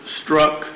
struck